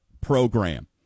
program